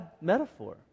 metaphor